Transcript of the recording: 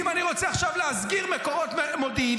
אם אני רוצה עכשיו להסגיר מקורות מודיעיניים,